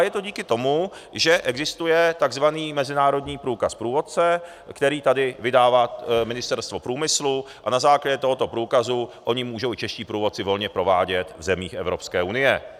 Je to díky tomu, že existuje takzvaný mezinárodní průkaz průvodce, který tady vydává Ministerstvo průmyslu, a na základě tohoto průkazu čeští průvodci mohou volně provádět v zemích Evropské unie.